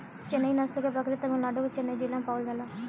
चेन्नई नस्ल के बकरी तमिलनाडु के चेन्नई जिला में पावल जाला